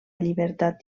llibertat